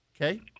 Okay